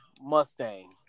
Mustang